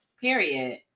Period